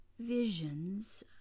visions